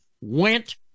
went